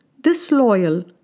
disloyal